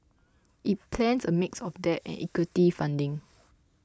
it plans a mix of debt and equity funding